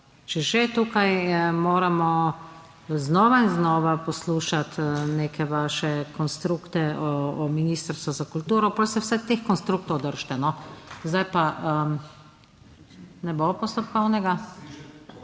Če že tukaj moramo znova in znova poslušati neke vaše konstrukte o Ministrstvu za kulturo, pa se vsaj teh konstruktov držite. No, zdaj... Ne bo postopkovnega?